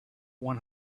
one